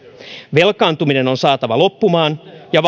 velkaantuminen on saatava loppumaan ja